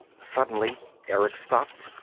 suddenly erick stopped,